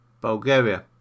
Bulgaria